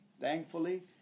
thankfully